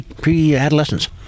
pre-adolescence